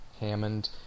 Hammond